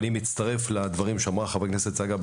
אני מצטרף לדברים שאמרה חברת הכנסת צגה,